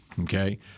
Okay